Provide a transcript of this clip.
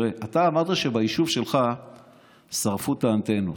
אתה אמרת שביישוב שלך שרפו את האנטנות.